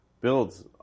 builds